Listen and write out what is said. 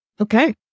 Okay